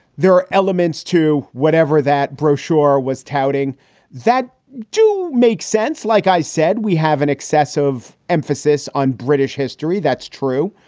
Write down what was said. there are elements to whatever that brochure was touting that do make sense like i said, we have an excess of emphasis on british history. that's true.